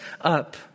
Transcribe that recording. up